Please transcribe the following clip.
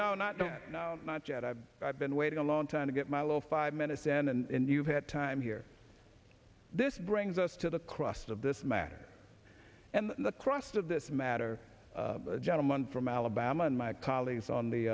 no not no not yet i've been waiting a long time to get my little five minutes in and you had time here this brings us to the crust of this matter and the crust of this matter gentleman from alabama and my colleagues on the